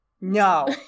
No